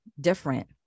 different